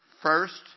First